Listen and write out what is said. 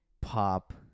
pop